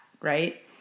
right